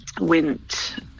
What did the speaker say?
went